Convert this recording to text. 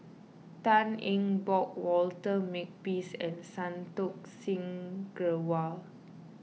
Tan Eng Bock Walter Makepeace and Santokh Singh Grewal